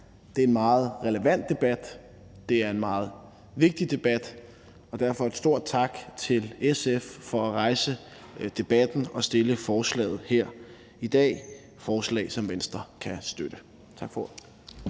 Det er en meget relevant debat, det er en meget vigtig debat, og derfor et stort tak til SF for at rejse debatten og fremsætte forslaget her i dag – et forslag, som Venstre kan støtte. Tak for